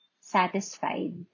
satisfied